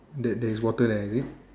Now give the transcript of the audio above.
the there is water there is it